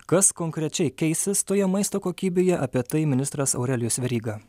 kas konkrečiai keisis toje maisto kokybėje apie tai ministras aurelijus veryga